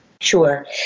Sure